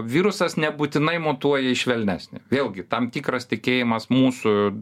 virusas nebūtinai mutuoja į švelnesnį vėlgi tam tikras tikėjimas mūsų